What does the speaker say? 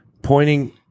Pointing